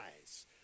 eyes